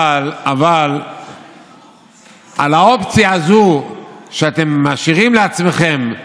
אבל על האופציה הזאת שאתם משאירים לעצמכם,